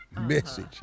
message